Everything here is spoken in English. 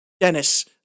Dennis